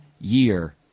year